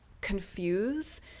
confuse